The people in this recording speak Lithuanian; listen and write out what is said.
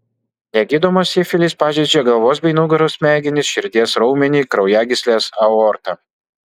negydomas sifilis pažeidžia galvos bei nugaros smegenis širdies raumenį kraujagysles aortą